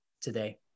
today